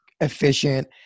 efficient